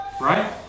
right